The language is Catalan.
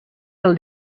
del